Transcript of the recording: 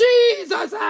Jesus